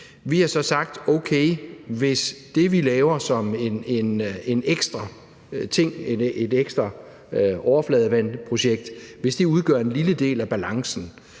har så sagt, at okay, hvis det, vi laver som en ekstra ting, et ekstra overfladevandsprojekt, udgør en lille del af balancen,